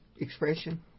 expression